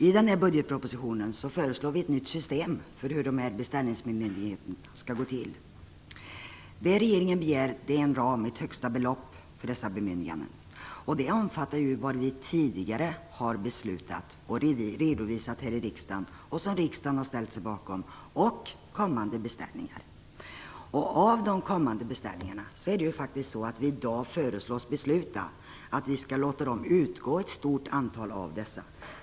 I budgetpropositionen föreslås ett nytt system för hur beställningsbemyndigandena skall gå till. Det regeringen begär är en ram - ett högsta belopp - för dessa bemyndiganden. Den ramen skulle omfatta tidigare beslut - sådant vi redovisat här i riksdagen som riksdagen har ställt sig bakom - och kommande beställningar. Riksdagen föreslås i dag besluta att ett stort antal av de kommande beställningarna skall utgå.